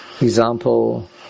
example